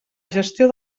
gestió